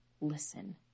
listen